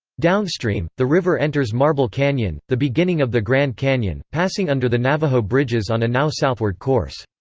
downstream, the river enters marble canyon, the beginning of the grand canyon, passing under the navajo bridges on a now southward course.